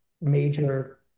major